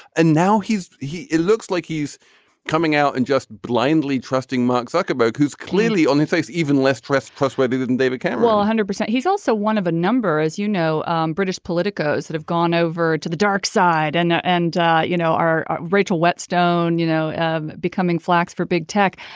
and now he's he it looks like he's coming out and just blindly trusting mark zuckerberg who's clearly only takes even less press plus why they didn't david cameron one ah hundred percent. he's also one of a number as you know um british politicos that have gone over to the dark side and ah and you know are rachel whetstone you know um becoming flacks for big tech.